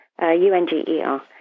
U-N-G-E-R